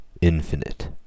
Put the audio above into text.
infinite